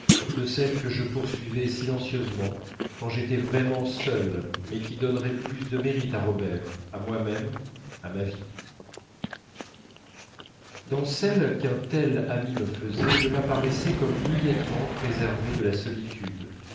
de celle que je poursuivais silencieusement quand j'étais vraiment seul mais qui donnerait plus de mérite à robert à moi-même à ma vie dans celle qu'un tel ami me faisait je m'apparaissais comme douillettement préservé de la solitude